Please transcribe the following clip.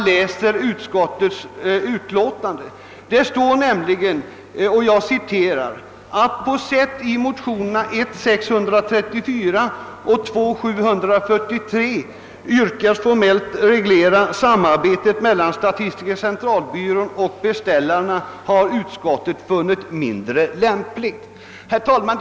I utskottsutlåtandet sägs: »Att på sätt i motionerna I1:634 och II: 743 yrkas formellt reglera samarbetet meilan statistiska centralbyrån och beställarna har utskottet funnit mindre lämpligt.» Herr talman!